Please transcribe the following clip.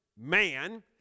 man